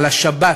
על השבת,